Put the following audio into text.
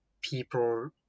people